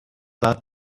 that